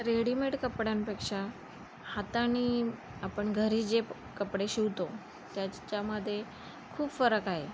readymade कपड्यांपेक्षा हाताने आपण घरी जे कपडे शिवतो त्याच्यामध्ये खूप फरक आहे